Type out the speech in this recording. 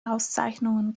auszeichnungen